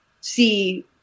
see